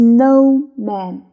Snowman